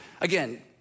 Again